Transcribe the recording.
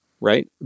right